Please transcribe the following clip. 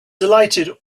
delighted